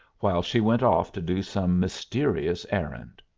while she went off to do some mysterious errand.